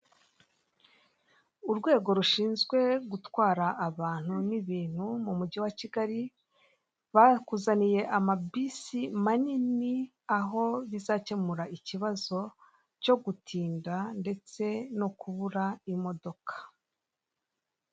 Urwego rushinzwe gutwara abantu n'ibintu mu mujyi wa kigali bakuzaniye amabisi manini aho bizakemura, ikibazo cyo gutinda ndetse no kubura imodoka.